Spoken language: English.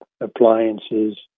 appliances